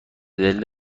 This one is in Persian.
دلیل